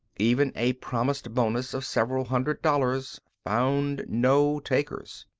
even a promised bonus of several hundred dollars found no takers.